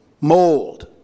mold